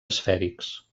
esfèrics